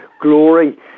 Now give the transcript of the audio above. glory